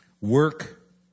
Work